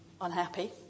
unhappy